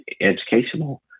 educational